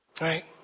Right